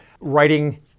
Writing